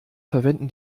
verwenden